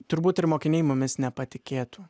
turbūt ir mokiniai mumis nepatikėtų